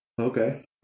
okay